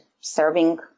serving